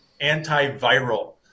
antiviral